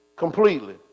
completely